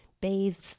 bathes